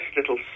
little